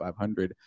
500